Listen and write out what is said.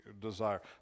desire